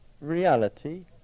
reality